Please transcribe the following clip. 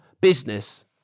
business